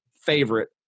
favorite